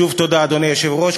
שוב תודה, אדוני היושב-ראש.